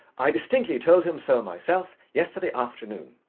i distinctly told him so myself yesterday afternoon.